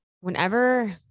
whenever